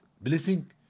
blessing